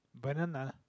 banana